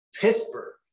Pittsburgh